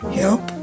help